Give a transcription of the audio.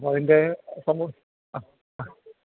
അപ്പം അതിന്റെ സംഭവം അ അ